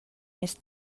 més